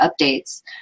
updates